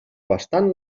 bastant